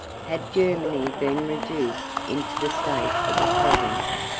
had germany been reduced into the state of a province,